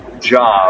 job